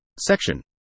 Section